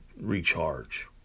recharge